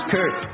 Kurt